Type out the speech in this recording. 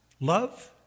Love